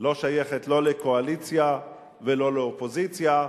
לא שייכת, לא לקואליציה ולא לאופוזיציה,